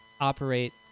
operate